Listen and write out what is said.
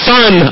Son